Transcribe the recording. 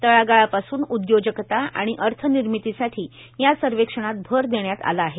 तळगाळपासून उद्योजकता आणि अर्थ विर्मितीसाठी या सर्वेक्षणात भर देण्यात आला आहे